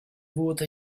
wurde